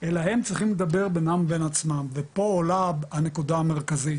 אלא הם צריכים לדבר בינם ובין עצמם ופה עולה הנקודה המרכזית.